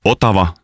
Otava